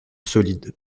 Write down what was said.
solide